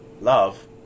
Love